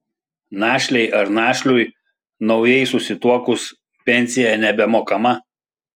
našlei ar našliui naujai susituokus pensija nebemokama